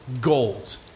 gold